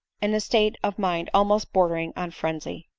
in a state of mind almost bordering on frenzy.